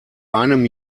einem